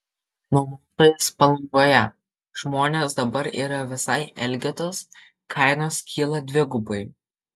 nuomotojas palangoje žmonės dabar yra visai elgetos kainos kyla dvigubai